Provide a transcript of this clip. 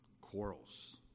quarrels